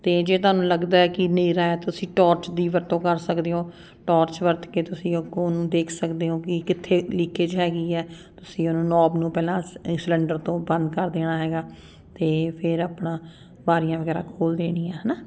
ਅਤੇ ਜੇ ਤੁਹਾਨੂੰ ਲੱਗਦਾ ਹੈ ਕਿ ਹਨੇਰਾ ਹੈ ਤੁਸੀਂ ਟੋਰਚ ਦੀ ਵਰਤੋਂ ਕਰ ਸਕਦੇ ਹੋ ਟੋਰਚ ਵਰਤ ਕੇ ਤੁਸੀਂ ਅੱਗੋਂ ਉਹਨੂੰ ਦੇਖ ਸਕਦੇ ਹੋ ਕਿ ਕਿੱਥੇ ਲੀਕਏਜ ਹੈਗੀ ਹੈ ਤੁਸੀਂ ਉਹਨਾਂ ਨੋਬ ਨੂੰ ਪਹਿਲਾਂ ਸਿਲੰਡਰ ਤੋਂ ਬੰਦ ਕਰ ਦੇਣਾ ਹੈਗਾ ਅਤੇ ਫਿਰ ਆਪਣਾ ਬਾਰੀਆਂ ਵਗੈਰਾ ਖੋਲ੍ਹ ਦੇਣੀਆਂ ਹੈ ਨਾ